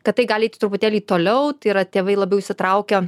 kad tai gali eiti truputėlį toliau tai yra tėvai labiau įsitraukia